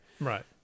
right